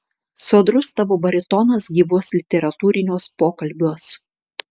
sodrus tavo baritonas gyvuos literatūriniuos pokalbiuos